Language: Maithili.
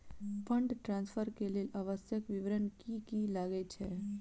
फंड ट्रान्सफर केँ लेल आवश्यक विवरण की की लागै छै?